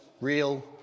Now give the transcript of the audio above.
real